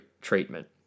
treatment